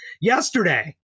Yesterday